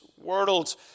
world